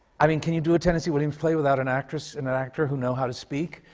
i mean, can you do a tennessee williams play without an actress and an actor who know how to speak,